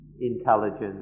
intelligence